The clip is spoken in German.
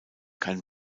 kein